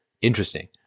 interesting